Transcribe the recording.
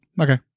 Okay